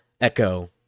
echo